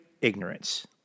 ignorance